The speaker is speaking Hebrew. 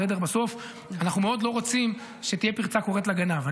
בסוף אנחנו מאוד לא רוצים שתהיה פרצה קוראת לגנב.